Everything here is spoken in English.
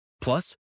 Plus